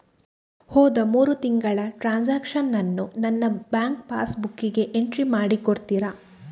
ಹೋದ ಮೂರು ತಿಂಗಳ ಟ್ರಾನ್ಸಾಕ್ಷನನ್ನು ನನ್ನ ಬ್ಯಾಂಕ್ ಪಾಸ್ ಬುಕ್ಕಿಗೆ ಎಂಟ್ರಿ ಮಾಡಿ ಕೊಡುತ್ತೀರಾ?